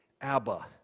Abba